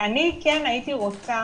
אני כן הייתי רוצה